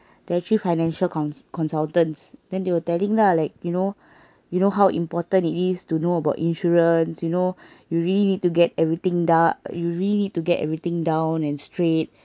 they're actually financial con~ consultants then they were telling lah like you know you know how important it is to know about insurance you know you really need to get everything dow~ you really need to get everything down and straight